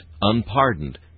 unpardoned